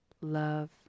love